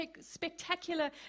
spectacular